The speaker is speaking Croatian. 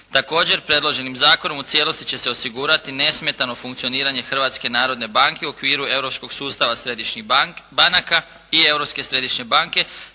Također predloženim zakonom u cijelosti će se osigurati nesmetano funkcioniranje Hrvatske narodne banke u okviru europskog sustava središnjih banaka i Europske središnje banke